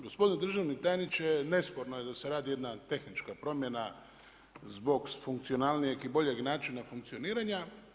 Gospodine državni tajniče, nesporno je da se radi jedna tehnička promjena zbog funkcionalnijeg i boljeg načina funkcioniranja.